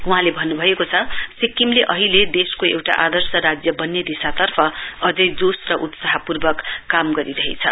वहाँले भन्न्भएको छ सिक्किमले अहिले देशको एउटा आदर्श राज्य बन्ने दिशातर्फा अझै जोश र उत्तसहपूर्वक काम गरिरहेछ